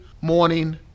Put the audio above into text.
morning